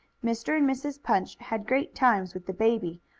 mr. and mrs. punch had great times with the baby,